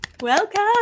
Welcome